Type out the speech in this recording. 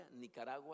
Nicaragua